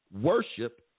Worship